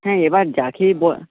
হ্যাঁ এবার যাকেই